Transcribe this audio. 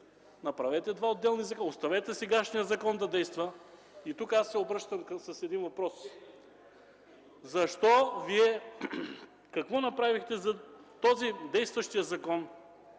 Направете два отделни закона. Оставете сегашният закон да действа. Тук се обръщам с един въпрос: какво направихте за действащия закон